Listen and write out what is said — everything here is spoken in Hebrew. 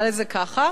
נקרא לזה ככה.